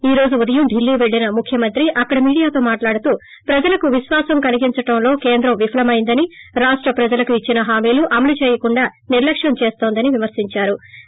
ఈ రోజు ఉదయం ఢిల్లీ వెళ్ళిన ముఖ్యమంత్రి అక్కడ మీడియాతో మాట్లాడుతూ ప్రజలకు విశ్వాసం కలిగించడంలో కేంద్రం విఫలమైందని రాష్ట ప్రజలకు ఇచ్చిన హామీలు అమలు చేయకుండా నిర్లక్వం చేస్తోందని విమర్శిందారు